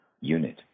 unit